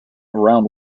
around